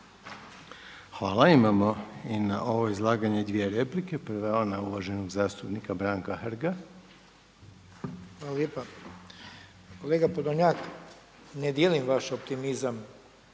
Hvala. Imamo i na ovo izlaganje dvije replike. Prva je ona uvaženog zastupnika Branka Hrga. **Hrg, Branko (HDS)** Hvala lijepa. Kolega Podolnjak, ne dijelim vaš optimizam